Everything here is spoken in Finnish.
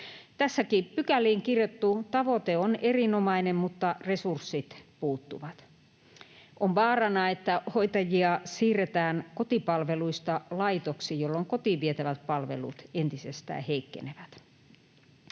Tässäkin pykäliin kirjattu tavoite on erinomainen, mutta resurssit puuttuvat. On vaarana, että hoitajia siirretään kotipalveluista laitoksiin, jolloin kotiin vietävät palvelut entisestään heikkenevät.